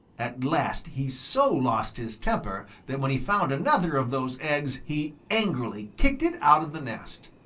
at last he so lost his temper that when he found another of those eggs he angrily kicked it out of the nest.